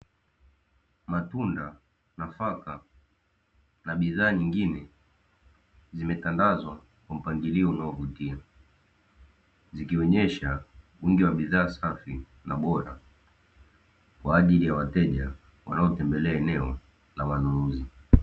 Matunda, nafaka na bidhaa nyingine zimetandazwa kwa mpangilio unaovutia zikionesha duka la bidhaa safi na bora kwa ajili ya wateja wanaotembelea eneo la manunuzi.